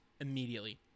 Immediately